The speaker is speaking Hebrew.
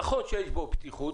נכון שיש בו תחום בטיחות